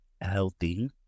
healthy